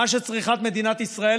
מה שצריכה מדינת ישראל,